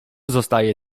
zostaje